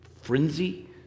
frenzy